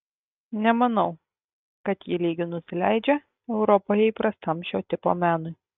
nemanau kad ji lygiu nusileidžia europoje įprastam šio tipo menui